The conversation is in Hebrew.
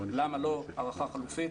למה לא הערכה חלופית.